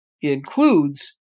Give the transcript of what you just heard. includes